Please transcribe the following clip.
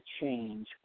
change